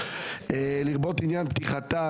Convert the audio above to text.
לרבות לעניין פתיחתם,